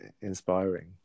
inspiring